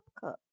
Cup